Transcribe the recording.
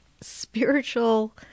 spiritual